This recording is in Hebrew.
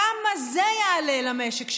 כמה זה יעלה למשק שלנו?